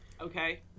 okay